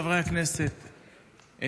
חברי הכנסת,